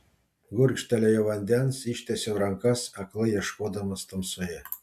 gurkštelėjau vandens ištiesiau rankas aklai ieškodamas tamsoje